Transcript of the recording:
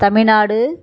Tamil Nadu